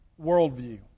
worldview